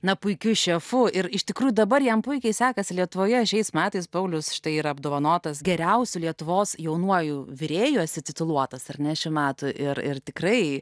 na puikiu šefu ir iš tikrų dabar jam puikiai sekasi lietuvoje šiais metais paulius štai yra apdovanotas geriausiu lietuvos jaunuoju virėju esi tituluotas ar ne šių metų ir ir tikrai